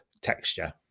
texture